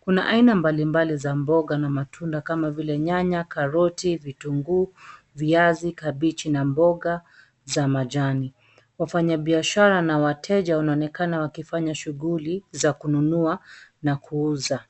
Kuna aina mbalimbali za mboga na matunda kama vile nyanya, karoti, vitunguu, viazi, kabichi na mboga za majani. Wafanyabiashara na wateja wanaonekana wakifanya shughuli za kununua na kuuza.